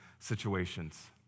situations